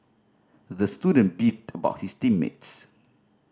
the student beefed about his team mates